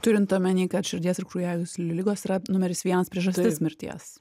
turint omeny kad širdies ir kraujagyslių ligos yra numeris vienas priežastis mirties